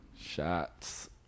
Shots